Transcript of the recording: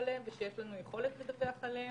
עליהם ושיש לנו יכולת לדווח עליהם,